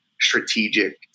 strategic